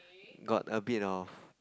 got a bit of